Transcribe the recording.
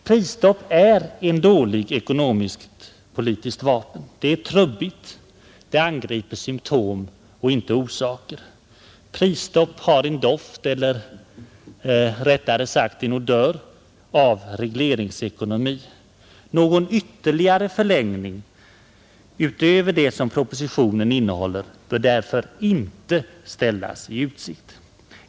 Prisstopp är ett dåligt ekonomisk-politiskt vapen: det är trubbigt, det angriper symptom och inte orsaker. Prisstopp har en doft, eller rättare sagt en odör, av regleringsekonomi. Någon ytterligare förlängning utöver den som föreslås i propositionen bör därför inte ställas i utsikt.